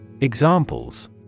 Examples